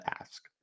ask